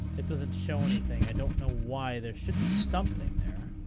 it doesn't show anything. i don't know why. there should be something there.